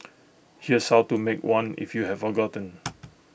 here's how to make one if you have forgotten